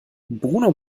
bruno